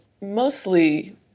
mostly